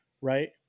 right